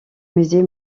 musée